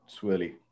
swirly